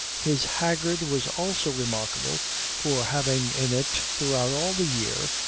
his haggard was also remarkable for having in it, throughout all the year,